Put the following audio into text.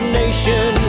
nation